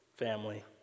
family